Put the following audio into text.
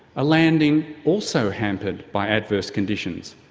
a landing also hampered by adverse conditions,